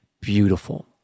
beautiful